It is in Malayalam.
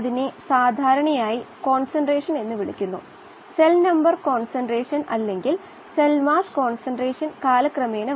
അതിനാൽ ബയോറിയാക്റ്ററിൽ മികച്ചത് ലഭിക്കുന്നതിന് ബയോറിയാക്റ്ററിൻറെ പിഎച്ച് അളക്കുകയും നിയന്ത്രിക്കുകയും വേണം